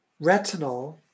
Retinol